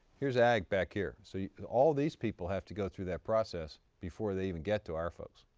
here's ag back here. so all these people have to go through that process before they even get to our folks.